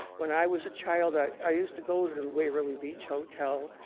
when i was a child i i used to go to to the waverly beach hotel,